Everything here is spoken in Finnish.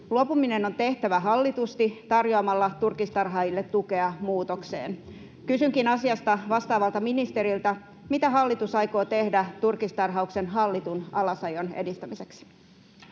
Luopuminen on tehtävä hallitusti tarjoamalla turkistarhaajille tukea muutokseen. Kysynkin asiasta vastaavalta ministeriltä: mitä hallitus aikoo tehdä turkistarhauksen hallitun alasajon edistämiseksi?